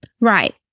Right